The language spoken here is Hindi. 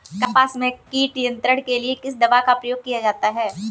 कपास में कीट नियंत्रण के लिए किस दवा का प्रयोग किया जाता है?